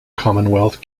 commonwealth